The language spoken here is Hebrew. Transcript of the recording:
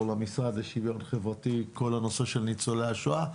למשרד לשוויון חברתי כל הנושא של ניצולי השואה,